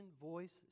voice